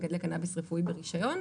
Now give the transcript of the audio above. למגדלי קנביס רפואי ברישיון.